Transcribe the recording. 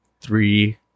three